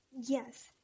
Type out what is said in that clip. yes